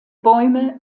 bäume